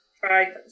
try